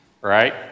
right